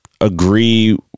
agree